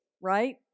right